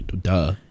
Duh